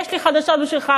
יש לי חדשות בשבילך,